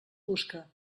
busca